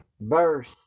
verse